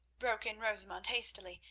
broke in rosamund hastily,